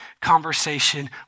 conversation